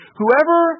Whoever